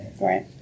Right